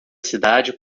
cidade